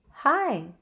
Hi